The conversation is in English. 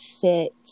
fit